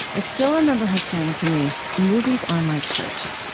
i still remember her saying to me, movies are my church.